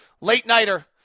late-nighter